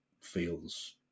feels